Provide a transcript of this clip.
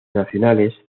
nacionales